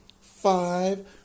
five